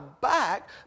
back